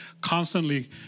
constantly